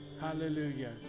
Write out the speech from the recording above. Hallelujah